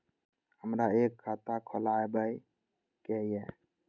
हमरा एक खाता खोलाबई के ये?